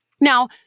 Now